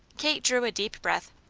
kate drew a deep breath.